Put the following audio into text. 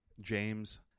James